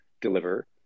deliver